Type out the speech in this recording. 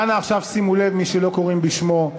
ואנא עכשיו שימו לב, מי שלא קוראים בשמו.